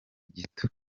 gito